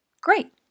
Great